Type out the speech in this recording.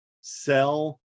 sell